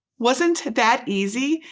wasn't that easy?